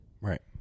Right